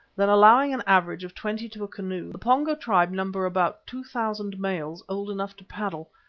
then, allowing an average of twenty to a canoe, the pongo tribe number about two thousand males old enough to paddle,